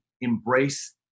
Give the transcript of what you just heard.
embrace